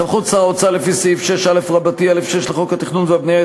סמכות שר האוצר לפי סעיף 6א(א)(6) לחוק התכנון והבנייה,